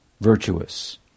virtuous